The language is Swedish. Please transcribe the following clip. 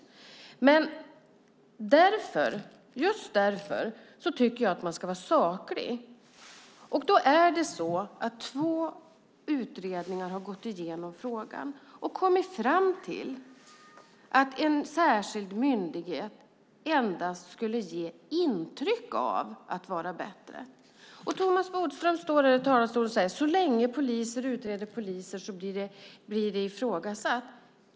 Just därför tycker jag att man ska vara saklig. Två utredningar har gått igenom frågan och kommit fram till att en särskild myndighet endast skulle ge intryck av att vara bättre. Thomas Bodström säger att så länge poliser utreder poliser blir det ifrågasatt.